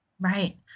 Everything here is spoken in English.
Right